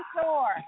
store